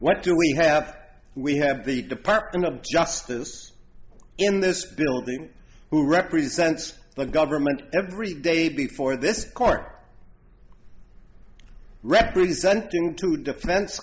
what do we have we have the department of justice in this building who represents the government every day before this court representing to defense